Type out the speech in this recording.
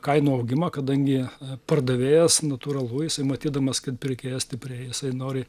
kainų augimą kadangi pardavėjas natūralu jisai matydamas kad pirkėjas stiprėja jisai nori